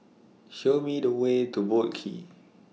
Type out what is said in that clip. Show Me The Way to Boat Quay